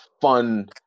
fun